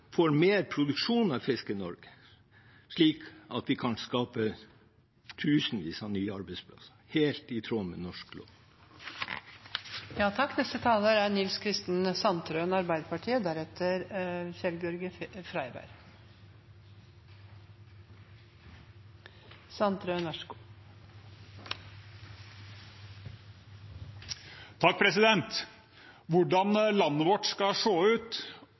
mer produksjon av fisk i Norge, slik at vi kan skape tusenvis av nye arbeidsplasser, helt i tråd med norsk lov. Hvordan landet vårt skal se ut, og om det er